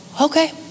okay